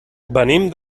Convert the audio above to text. venim